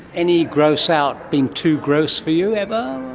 any gross-out been too gross for you ever?